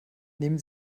nehmen